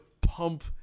pump